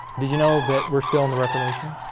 did you know that we're still in the reformation